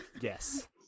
Yes